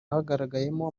hagaragayemo